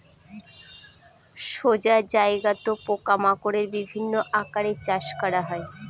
সোজা জায়গাত পোকা মাকড়ের বিভিন্ন আকারে চাষ করা হয়